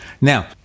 Now